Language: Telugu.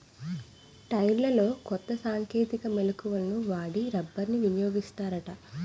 టైర్లలో కొత్త సాంకేతిక మెలకువలను వాడి రబ్బర్ని వినియోగిస్తారట